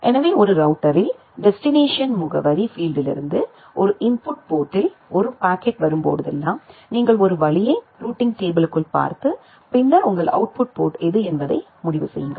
எனவே ஒரு ரௌட்டரில் டெஸ்டினேஷன் முகவரி பீலீட்டிலிருந்து ஒரு இன்புட் போர்டில் ஒரு பாக்கெட் வரும்போதெல்லாம் நீங்கள் ஒரு வழியை ரூட்டிங் டேபிளுக்குள் பார்த்து பின்னர் உங்கள் அவுட்புட் போர்ட் எது என்பதை முடிவு செய்யுங்கள்